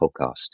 podcast